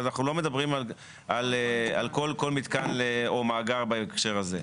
אנחנו לא מדברים על כל מתקן או מאגר בהקשר הזה.